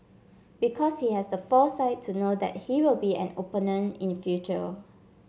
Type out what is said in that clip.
because he has the foresight to know that he will be an opponent in future